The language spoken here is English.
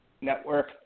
Network